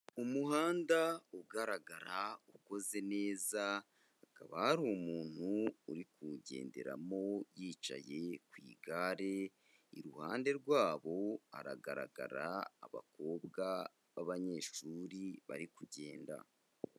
Umuhanda ugaragara ukoze neza, hakaba hari umuntu uri kuwugenderamo yicaye ku igare, iruhande rwabo haragaragara abakobwa b'abanyeshuri bari kugenda.